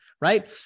right